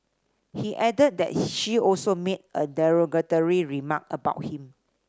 he added that she also made a derogatory remark about him